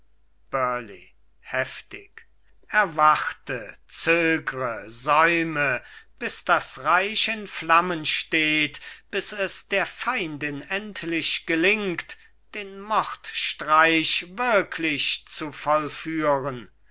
heftig erwarte zögre säume bis das reich in flammen steht bis es der feindin endlich gelingt den mordstreich wirklich zu vollführen